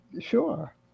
sure